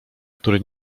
który